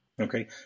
Okay